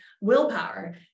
willpower